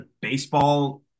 baseball